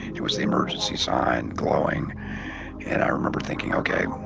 it was the emergency sign glowing and i remember thinking, okay.